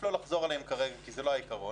לא לחזור עליהם כרגע כי זה לא העיקרון,